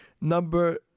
Number